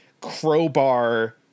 crowbar